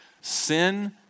Sin